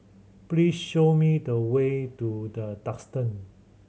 please show me the way to The Duxton